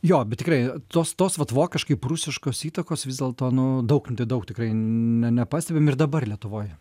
jo bet tikrai tos tos vat vokiškai prūsiškos įtakos vis dėlto nu daug daug tikrai ne nepastebim ir dabar lietuvoj